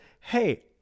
hey